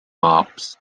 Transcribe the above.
mops